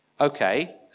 Okay